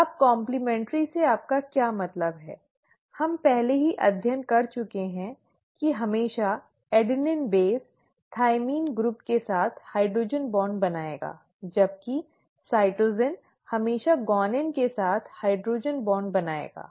अब कॉम्प्लिमे᠎̮न्ट्रि से आपका क्या मतलब है हम पहले ही अध्ययन कर चुके हैं कि हमेशा एडेनिन बेस थाइमिन समूह के साथ हाइड्रोजन बॉन्ड बनाएगा जबकि साइटोसिन हमेशा ग्वानिन के साथ हाइड्रोजन बॉन्ड बनाएगा